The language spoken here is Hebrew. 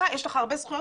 שיש לך הרבה זכויות,